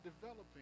developing